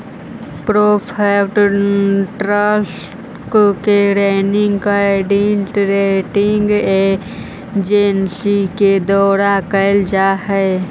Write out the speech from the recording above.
preferred stock के rating credit rating agency के द्वारा कैल जा हइ